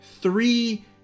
three